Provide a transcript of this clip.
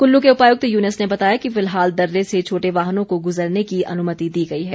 कुल्लू के उपायुक्त युनुस ने बताया कि फिलहाल दर्रे से छोटे वाहनों को गुज़रने की अनुमति दी गई है